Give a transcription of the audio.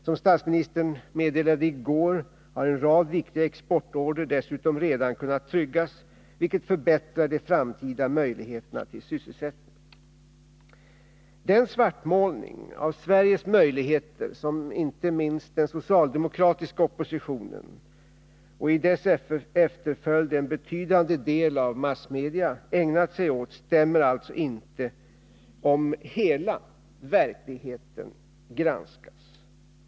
Som statsministern meddelade i går har en rad viktiga exportorder dessutom redan kunnat tryggas, vilket förbättrar de framtida möjligheterna till sysselsättning. Den svartmålning av Sveriges möjligheter som inte minst den socialdemokratiska oppositionen, och i dess efterföljd en betydande del av massmedia, ägnat sig åt stämmer alltså inte om hela verkligheten granskas.